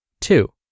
Two